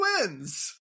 wins